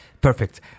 Perfect